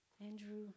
Andrew